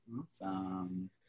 Awesome